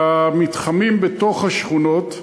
אלא של מתחמים בתוך השכונות.